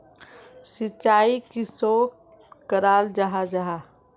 सिंचाई किसोक कराल जाहा जाहा?